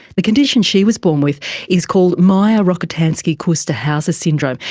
the condition she was born with is called mayer-rokitansky-kuster-hauser syndrome.